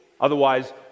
Otherwise